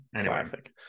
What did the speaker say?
classic